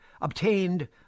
obtained